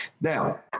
Now